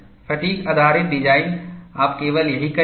fatigue आधारित design आप केवल यही करेंगे